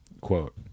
quote